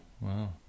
Wow